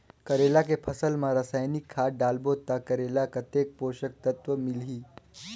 करेला के फसल मा रसायनिक खाद डालबो ता करेला कतेक पोषक तत्व मिलही?